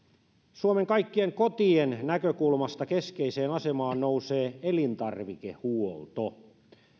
suomen kaikkien kotien näkökulmasta keskeiseen asemaan nousee elintarvikehuolto